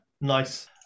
Nice